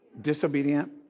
disobedient